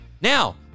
Now